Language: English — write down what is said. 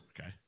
Okay